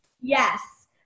Yes